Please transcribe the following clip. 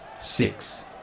six